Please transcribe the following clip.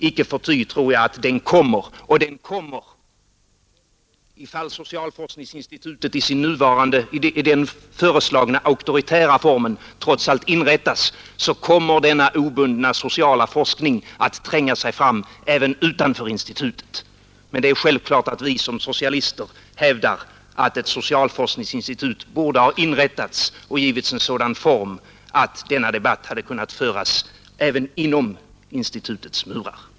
Icke förty tror jag att den kommer, och ifall socialforskningsinstitutet trots allt inrättas i den föreslagna auktoritära formen kommer denna obundna sociala forskning att tränga sig fram utanför institutet. Men det är självklart att vi som socialister hävdar att ett socialforskningsinstitut borde ha givits en sådan form att denna debatt hade kunnat föras även inom institutets murar.